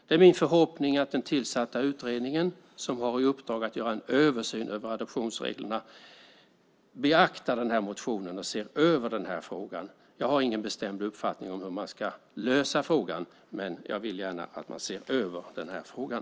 Det är min förhoppning att den tillsatta utredningen som har i uppdrag att göra en översyn av adoptionsreglerna beaktar den motionen och ser över den frågan. Jag har ingen bestämd uppfattning om hur man ska lösa frågan, men jag vill gärna att man ser över den.